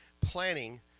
planning